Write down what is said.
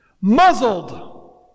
Muzzled